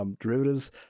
derivatives